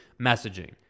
messaging